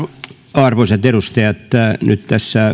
arvoisat edustajat nyt